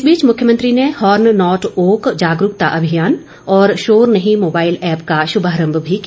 इस बीच मुख्यमंत्री ने हार्न नोट ओक जागरूकता अभियान और शोर नहीं मोबाईल ऐप्प का शुभारम्भ भी किया